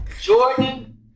Jordan